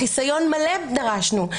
חיסיון מלא דרשנו,